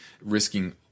risking